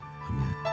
Amen